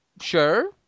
Sure